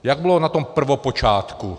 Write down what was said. Jak bylo na tom prvopočátku?